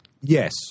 Yes